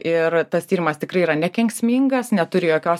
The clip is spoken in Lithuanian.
ir tas tyrimas tikrai yra nekenksmingas neturi jokios